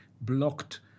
blocked